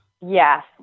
Yes